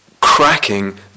cracking